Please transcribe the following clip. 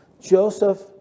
Joseph